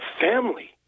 family